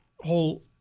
whole